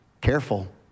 Careful